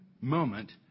moment